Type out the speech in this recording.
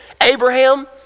Abraham